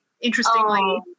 interestingly